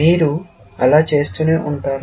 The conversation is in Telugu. మీరు అలా చేస్తూనే ఉంటారు